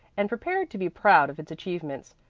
and prepared to be proud of its achievements,